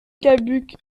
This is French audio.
cabuc